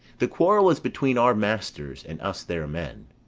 the quarrel is between our masters and us their men.